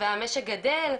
והמשק גדל.